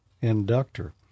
inductor